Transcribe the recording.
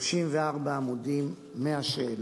34 עמודים, 100 שאלות.